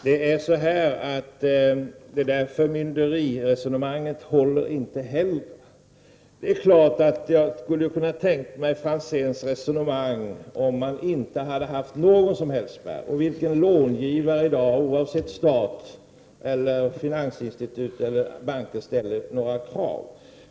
Herr talman! Inte heller förmynderiresonemanget håller, Franzén. Jag skulle ha kunnat tänka mig att acceptera Franzéns resonemang, om man inte hade haft någon som helst spärr. Vilka långivare, oavsett om det gäller staten, finansinstitut eller banker, ställer i dag några krav?